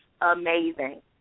amazing